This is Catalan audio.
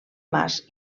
mas